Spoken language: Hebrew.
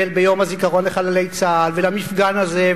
ביום הזיכרון לחללי צה"ל ולמפגן הזה,